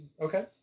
Okay